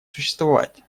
существовать